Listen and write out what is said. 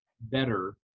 better